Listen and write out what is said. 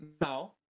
now